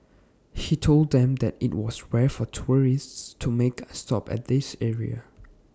he told them that IT was rare for tourists to make A stop at this area